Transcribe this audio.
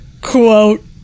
quote